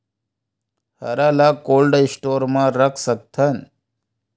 हरा ल cold store म रख सकथन?